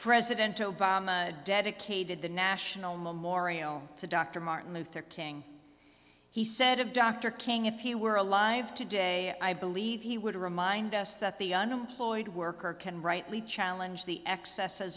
president obama dedicated the national memorial to dr martin luther king he said of dr king if he were alive today i believe he would remind us that the unemployed worker can rightly challenge the excess